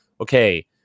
okay